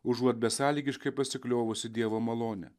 užuot besąlygiškai pasikliovusi dievo malone